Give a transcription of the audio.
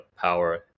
power